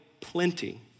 plenty